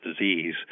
disease